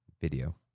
Video